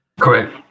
Correct